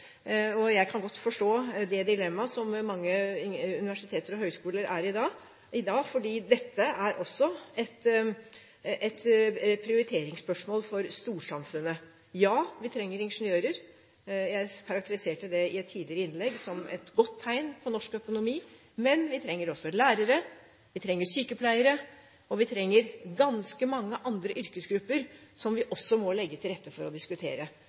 Jeg kan godt forstå det dilemmaet mange universiteter og høyskoler er i da, for dette er også et prioriteringsspørsmål for storsamfunnet. Ja, vi trenger ingeniører – jeg karakteriserte det i et tidligere innlegg som et godt tegn på norsk økonomi – men vi trenger også lærere, vi trenger sykepleiere, og vi trenger ganske mange andre yrkesgrupper som vi også må legge til rette for, og diskutere.